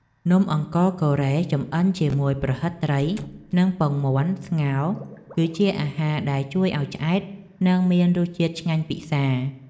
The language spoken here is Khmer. នំអង្ករកូរ៉េចម្អិនជាមួយប្រហិតត្រីនិងពងមាន់ស្ងោរគឺជាអាហារដែលជួយឱ្យឆ្អែតនិងមានរសជាតិឆ្ងាញ់ពិសារ។